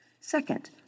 Second